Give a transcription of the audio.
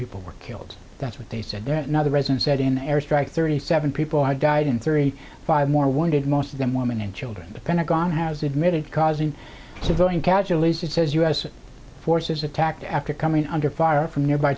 people were killed that's what they said that another resident said in an air strike thirty seven people had died and thirty five more wounded most of them women and children the pentagon has admitted causing civilian casualties it says u s forces attacked after coming under fire from nearby